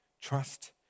Trust